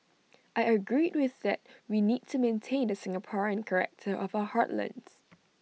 I agreed with that we need to maintain the Singaporean character of our heartlands